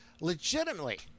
Legitimately